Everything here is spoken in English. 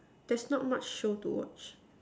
there's not much show to watch